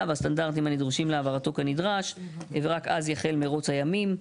והסטנדרטים הנדרשים להעברתו כנדרש...." ורק אז יחל מירוץ הימים.